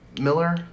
miller